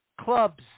clubs